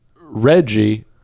Reggie